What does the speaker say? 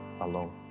alone